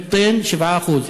75,